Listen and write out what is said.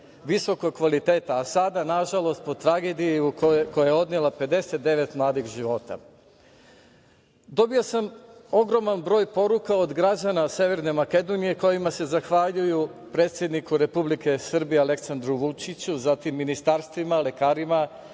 visokog kvaliteta, a sada, nažalost, po tragediji koja je odnela 59 mladih života. Dobio sam ogroman broj poruka od građana Severne Makedonije kojima se zahvaljuju predsedniku Republike Srbije, Aleksandru Vučiću, zatim ministarstvima, lekarima